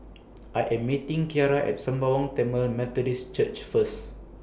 I Am meeting Kiarra At Sembawang Tamil Methodist Church First